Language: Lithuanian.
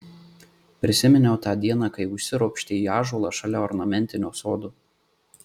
prisiminiau tą dieną kai užsiropštė į ąžuolą šalia ornamentinio sodo